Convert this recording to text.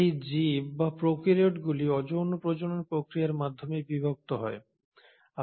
এই জীব বা প্রোকারিওটগুলি অযৌন প্রজনন প্রক্রিয়ার মাধ্যমে বিভক্ত হয়